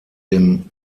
dem